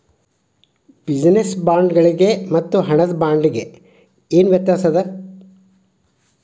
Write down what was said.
Business ಬಾಂಡ್ಗಳ್ ಮತ್ತು ಹಣದ ಬಾಂಡ್ಗ ಏನ್ ವ್ಯತಾಸದ?